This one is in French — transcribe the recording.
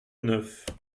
neuf